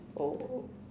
oh